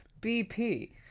bp